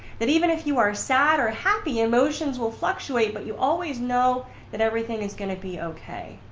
that even if you are sad or happy. emotions will fluctuate but you always know that everything is gonna be okay.